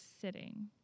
sitting